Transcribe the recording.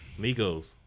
Migos